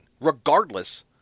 regardless